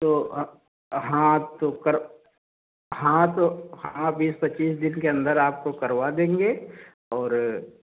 तो हाँ तो कर हाँ तो हाँ बीस पच्चीस दिन के अंदर आपको करवा देंगे और